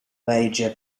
major